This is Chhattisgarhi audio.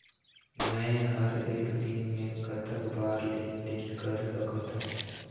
मे हर एक दिन मे कतक बार लेन देन कर सकत हों?